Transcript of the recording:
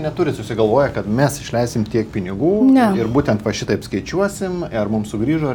neturit susigalvoję kad mes išleisim tiek pinigų ir būtent va šitaip skaičiuosim ar mums sugrįžo